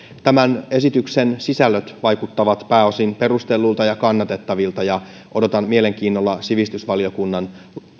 tämän esityksen sisällöt vaikuttavat pääosin perustelluilta ja kannatettavilta ja odotan mielenkiinnolla sitten sivistysvaliokunnan